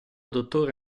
dottore